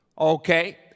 okay